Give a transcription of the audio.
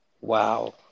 wow